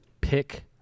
Pick